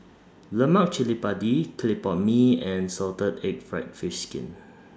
Lemak Cili Padi Clay Pot Mee and Salted Egg Fried Fish Skin